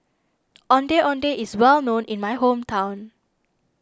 Ondeh Ondeh is well known in my hometown